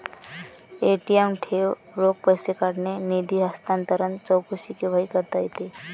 ATM ठेव, रोख पैसे काढणे, निधी हस्तांतरण, चौकशी केव्हाही करता येते